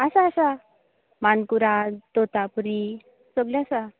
आसा आसा मानकुराद तोतापूरी सगलें आसा